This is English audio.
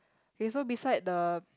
okay so beside the